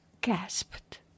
Gasped